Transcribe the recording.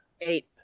Eight